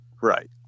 Right